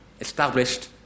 established